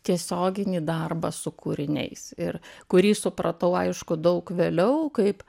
tiesioginį darbą su kūriniais ir kurį supratau aišku daug vėliau kaip